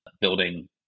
building